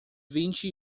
vinte